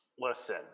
Listen